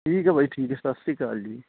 ਠੀਕ ਹੈ ਬਾਈ ਠੀਕ ਹੈ ਸਤਿ ਸ਼੍ਰੀ ਅਕਾਲ ਜੀ